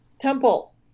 temple